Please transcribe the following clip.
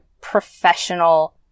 professional